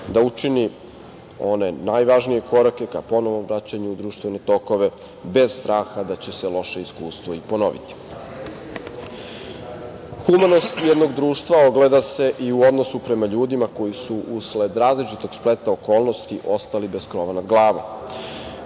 da učini one najvažnije korake ka ponovnom vraćanje u društvene tokove bez straha da će se loše iskustvo ponoviti. Humanost jednog društva ogleda se u odnosu prema ljudima koji su, usled različitog spleta okolnosti, ostali bez krova nad glavom.